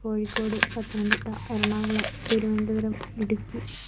Kozhikode Pathanamthitta Ernakulam Thiruvananthapuram Idukki